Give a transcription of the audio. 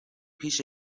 پیش